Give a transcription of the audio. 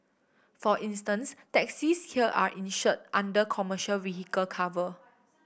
for instance taxis here are insured under commercial vehicle cover